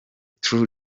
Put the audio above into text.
true